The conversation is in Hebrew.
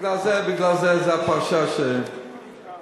בגלל זה זו הפרשה שכתוב.